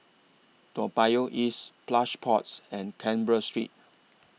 Toa Payoh East Plush Pods and Canberra Street